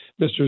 Mr